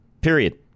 Period